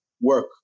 work